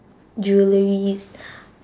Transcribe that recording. jewelleries